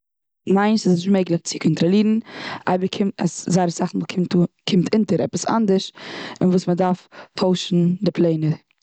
ניין, ס'איז נישט מעגליך צו קאנטראלירן. אייביג קומט, זייער אסאך מאל קומט אינטער עפעס אנדערש וואס מ'דארף טוישן די פלענער.